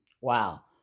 wow